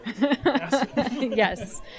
Yes